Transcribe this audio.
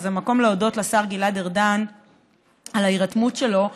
זה המקום להודות לשר גלעד ארדן על ההירתמות שלו.